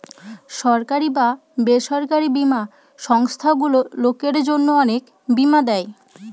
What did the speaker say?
সরকারি বা বেসরকারি বীমা সংস্থারগুলো লোকের জন্য অনেক বীমা দেয়